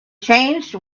changed